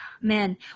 Man